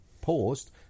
Paused